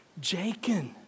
Jacob